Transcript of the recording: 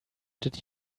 did